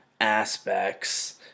aspects